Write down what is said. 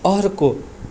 अर्को